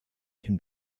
can